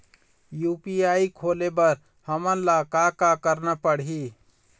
UPI खोले बर हमन ला का का करना पड़ही?